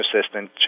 assistant